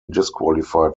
disqualified